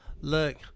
look